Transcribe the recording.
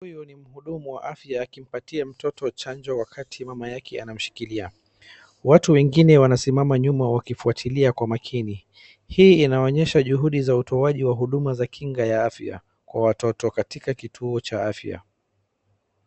Huyu ni muhudumu wa afya akimpatia mtoto chanjo wakati mamayake anamshikilia. watu wengine wanasimama nyuma wakifuatilia kwa makini. Hii inaonyesha juhudi za utoaji wa huduma za kinga ya afya kwa watoto katika kituo cha afya.